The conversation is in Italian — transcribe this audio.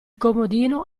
comodino